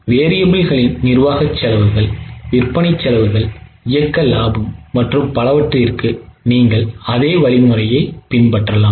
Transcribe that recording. variableகளின் நிர்வாக செலவுகள் விற்பனை செலவுகள் இயக்க லாபம் மற்றும் பலவற்றிற்கு நீங்கள் அதே வழிமுறையை பின்பற்றலாம்